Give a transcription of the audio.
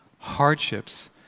Hardships